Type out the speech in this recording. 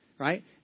Right